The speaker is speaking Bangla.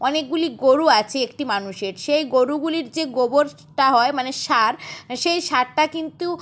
অনেকগুলি গোরু আছে একটি মানুষের সেই গোরুগুলির যে গোবরটা হয় মানে সার সেই সারটা কিন্তু